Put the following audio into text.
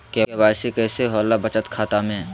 KYC कैसे होला बचत खाता में?